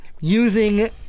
Using